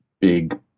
big